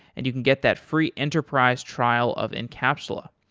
and you can get that free enterprise trial of encapsula.